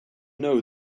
know